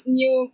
new